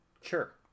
Sure